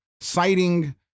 citing